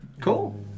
Cool